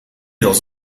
dans